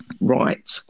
right